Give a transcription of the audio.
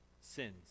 Sins